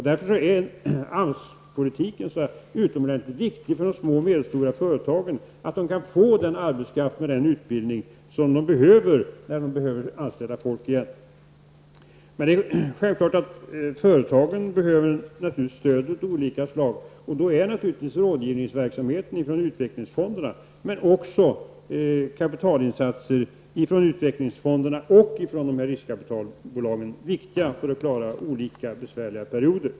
Därför är AMS-politiken så utomordentligt viktig för de små och medelstora företagen, så att de kan få den arbetskraft och utbildning som de behöver när de skall anställa folk igen. Företagen behöver självfallet stöd av olika slag. Då är naturligtvis rådgivningsverksamheten från utvecklingsfonderna och kapitalinsatser från utvecklingsfonder och riskkapitalbolag viktiga för att man skall klara besvärliga perioder.